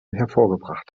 hervorgebracht